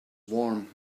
warm